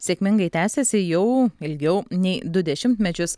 sėkmingai tęsiasi jau ilgiau nei du dešimtmečius